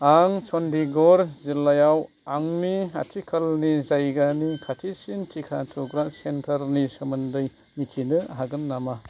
आं चन्डीगर जिल्लायाव आंनि आथिखालनि जायगानि खाथिसिन टिका थुग्रा सेन्टारनि सोमोन्दै मिथिनो हागोन नामा